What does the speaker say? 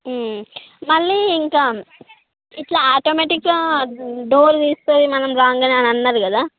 మళ్ళీ ఇంకా ఇలా ఆటోమేటిక్గా డోర్ వేస్తే మనం రాంగ్ అని అనదు కదా